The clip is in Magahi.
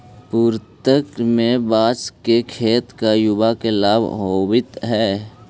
पूर्वोत्तर में बाँस के खेत से युवा के लाभ होवित हइ